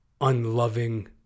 unloving